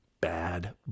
bad